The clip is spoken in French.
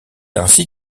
ainsi